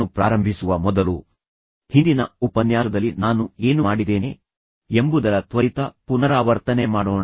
ಆದರೆ ನಾನು ಪ್ರಾರಂಭಿಸುವ ಮೊದಲು ಯಾವಾಗಲೂ ಮಾಡುವ ರೀತಿ ಈ ಸಲಾನು ಪ್ರಾರಂಭಿಸುವ ಮೊದಲು ಹಿಂದಿನ ಉಪನ್ಯಾಸದಲ್ಲಿ ನಾನು ಏನು ಮಾಡಿದ್ದೇನೆ ಎಂಬುದರ ತ್ವರಿತ ಪುನರಾವರ್ತನೆ ಮಾಡೋಣ